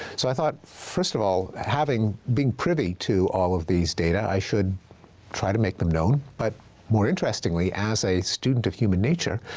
so i thought, first of all, having been privy to all of these data, i should try to make them known. but more interestingly, as a student of human nature,